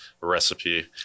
recipe